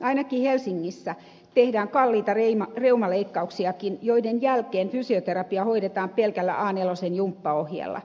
ainakin helsingissä tehdään kalliita reumaleikkauksiakin joiden jälkeen fysioterapia hoidetaan pelkällä aanelosen jumppaohjeella